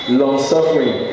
long-suffering